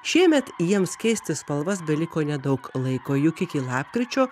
šiemet jiems keisti spalvas beliko nedaug laiko juk iki lapkričio